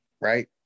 right